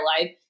life